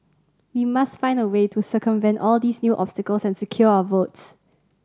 we must find a way to circumvent all these new obstacles and secure our votes